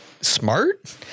smart